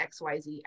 XYZ